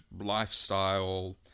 lifestyle